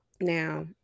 Now